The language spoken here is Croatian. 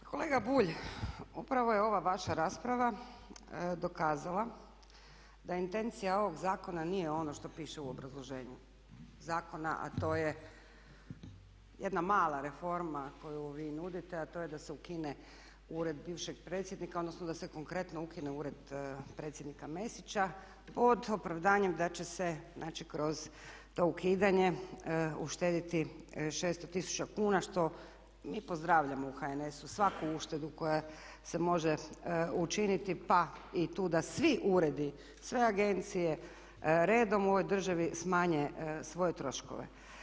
Kolega Bulj, upravo je ova vaša rasprava dokazala da intencija ovog zakona nije ono što piše u obrazloženju zakona a to je jedna mala reforma koju vi nudite a to je da se ukine ured bivšeg predsjednika, odnosno da se konkretno ukine ured predsjednika Mesića pod opravdanjem da će se znači kroz to ukidanje uštediti 600 tisuća kuna što mi pozdravljamo u HNS-u svaku uštedu koja se može učiniti pa i tu da svi uredi, sve agencije redom u ovoj državi smanje svoje troškove.